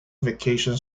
vacation